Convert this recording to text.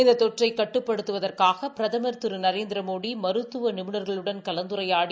இந்த தொற்றை கட்டுப்படுத்துவதற்காக பிரதமா் திரு நரேந்திரமோடி மருத்துவ நிபுணாக்ளுடன் கலந்துரையாடி